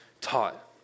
taught